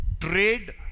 Trade